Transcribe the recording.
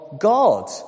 God